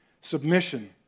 Submission